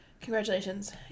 Congratulations